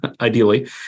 ideally